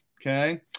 okay